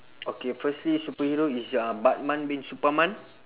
okay firstly superhero is uh batman bin suparman